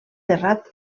terrat